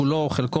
כולו או חלק,